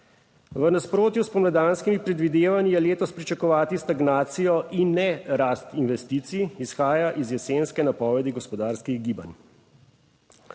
V nasprotju s spomladanskimi predvidevanji je letos pričakovati stagnacijo, in ne rast investicij, izhaja iz jesenske napovedi gospodarskih gibanj.